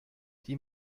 die